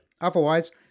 Otherwise